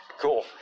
Cool